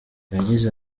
yagize